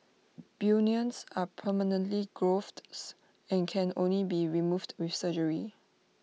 bunions are permanent growths and can only be removed with surgery